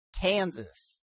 Kansas